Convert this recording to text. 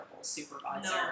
supervisor